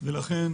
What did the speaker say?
ולכן